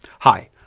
hi!